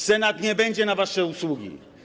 Senat nie będzie na wasze usługi.